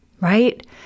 Right